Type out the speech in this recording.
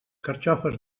carxofes